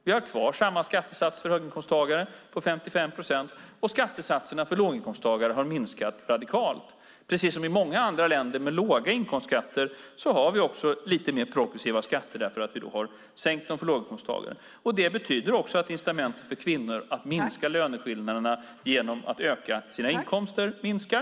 Vi har kvar samma skattesats för höginkomsttagare på 55 procent, och skattesatserna för låginkomsttagare har minskat radikalt. Precis som i många andra länder med låga inkomstskatter har vi också lite mer progressiva skatter därför att vi har sänkt dem för låginkomsttagare. Det betyder också att incitamentet för kvinnor att minska löneskillnaderna genom att öka sina inkomster minskar.